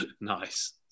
Nice